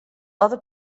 other